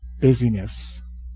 busyness